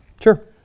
Sure